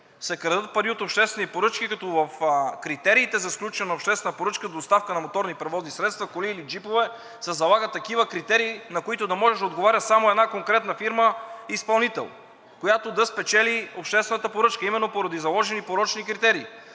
се крадат пари от обществени поръчки, като в критериите за сключване на обществена поръчка „Доставка на моторни превозни средства – коли или джипове“, се залагат такива критерии, на които да може да отговаря само една конкретна фирма изпълнител, която да спечели обществената поръчка именно поради заложени порочни критерии.